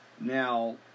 Now